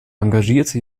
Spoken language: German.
engagierte